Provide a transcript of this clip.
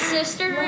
sister